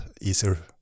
easier